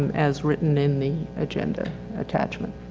as written in the agenda attachment.